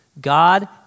God